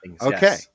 Okay